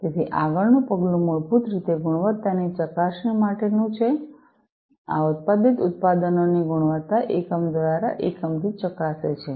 તેથી આગળનું પગલું મૂળભૂત રીતે ગુણવત્તાની ચકાસણી માટેનું છે આ ઉત્પાદિત ઉત્પાદનોની ગુણવત્તા એકમ દ્વારા એકમ થી ચકાસે છે